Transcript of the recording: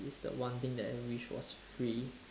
it's the one thing that I wished was free